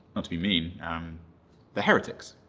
not to be mean um the heretics,